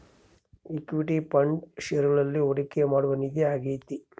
equity fund ಷೇರುಗಳಲ್ಲಿ ಹೂಡಿಕೆ ಮಾಡುವ ನಿಧಿ ಆಗೈತೆ